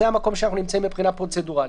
זה המקום שאנחנו נמצאים מבחינה פרוצדורלית.